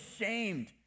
ashamed